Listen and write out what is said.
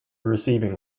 receiving